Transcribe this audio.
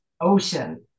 Ocean